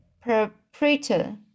proprietor